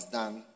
done